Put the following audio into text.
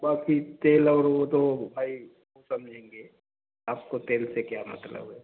बाक़ी तेल और वह तो भाई वह समझेंगे आपको तेल से क्या मतलब है